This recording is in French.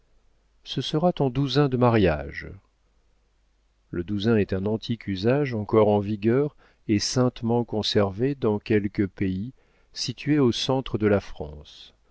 ce sera ton douzain de mariage le douzain est un antique usage encore en vigueur et saintement conservé dans quelques pays situés au centre de la france